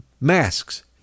masks